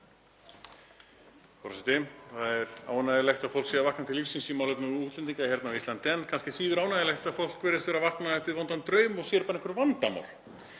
Það er ánægjulegt að fólk sé að vakna til lífsins í málefnum útlendinga á Íslandi en kannski síður ánægjulegt að fólk virðist vera að vakna upp við vondan draum og sér bara einhver vandamál.